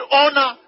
honor